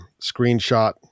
screenshot